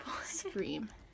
scream